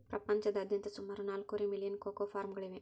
ಪ್ರಪಂಚದಾದ್ಯಂತ ಸುಮಾರು ನಾಲ್ಕೂವರೆ ಮಿಲಿಯನ್ ಕೋಕೋ ಫಾರ್ಮ್ಗಳಿವೆ